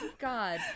god